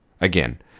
Again